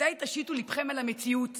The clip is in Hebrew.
מתי תשיתו ליבכם אל המציאות